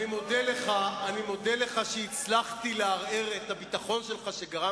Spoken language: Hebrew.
אני מודה לך שהצלחתי לערער את הביטחון שלך, שגרמת,